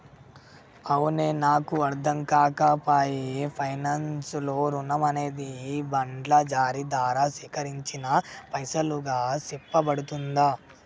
అవునే నాకు అర్ధంకాక పాయె పైనాన్స్ లో రుణం అనేది బాండ్ల జారీ దారా సేకరించిన పైసలుగా సెప్పబడుతుందా